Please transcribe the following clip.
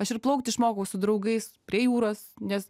aš ir plaukt išmokau su draugais prie jūros nes